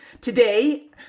Today